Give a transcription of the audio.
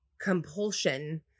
compulsion